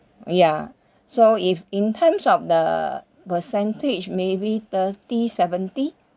ya so if in terms of the percentage maybe thirty seventy